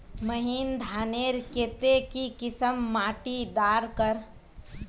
महीन धानेर केते की किसम माटी डार कर?